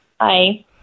Hi